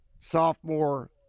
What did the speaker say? sophomore